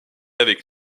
avec